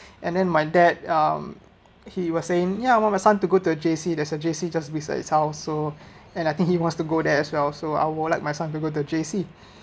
and then my dad um he was saying ya want my son to go to J_C there's a J_C just besides his house so and I think he wants to go there as well so I would like my son go to the J_C